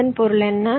இதன் பொருள் என்ன